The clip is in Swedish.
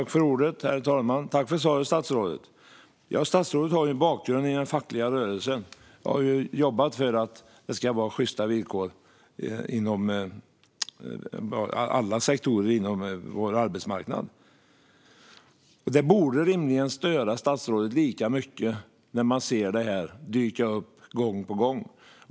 Herr talman! Tack, statsrådet, för svaret! Statsrådet har ju en bakgrund i den fackliga rörelsen och har jobbat för att det ska vara sjysta villkor inom alla sektorer på vår arbetsmarknad. Det borde rimligen störa statsrådet lika mycket som det stör mig att se det här dyka upp gång på gång.